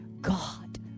God